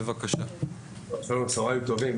צוהריים טובים.